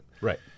Right